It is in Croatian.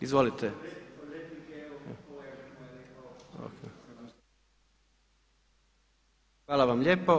Izvolite. … [[Upadica se ne čuje.]] Hvala vam lijepo.